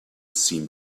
seemed